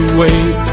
wait